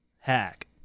Hack